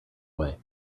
way